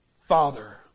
father